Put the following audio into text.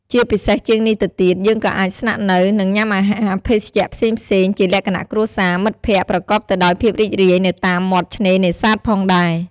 ពិសេសជាងនេះទៅទៀត យើងក៏អាចស្នាក់នៅ និងញុំាអាហារ ភេសជ្ជៈផ្សេងៗជាលក្ខណៈគ្រួសារ មិត្តភក្តិ ប្រកបទៅដោយភាពរីករាយនៅតាមមាត់ឆ្នេរនេសាទផងដែរ។